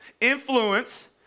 Influence